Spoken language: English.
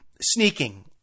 sneaking